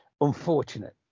unfortunate